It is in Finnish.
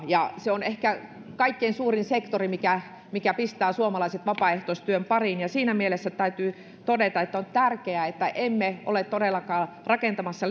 ja se on ehkä kaikkein suurin sektori mikä mikä pistää suomalaiset vapaaehtoistyön pariin ja siinä mielessä täytyy todeta että on tärkeää että emme ole todellakaan rakentamassa